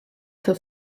für